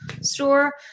store